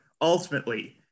ultimately